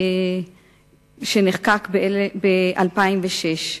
שנחקק ב-2006.